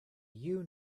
you